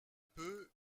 peu